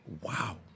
wow